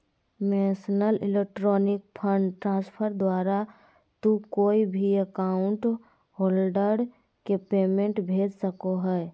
national electronic fund transfer द्वारा तू कोय भी अकाउंट होल्डर के पेमेंट भेज सको हो